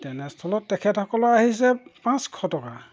তেনেস্থলত তেখেতসকলৰ আহিছে পাঁচশ টকা